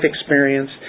experience